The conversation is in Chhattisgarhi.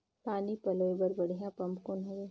पानी पलोय बर बढ़िया पम्प कौन हवय?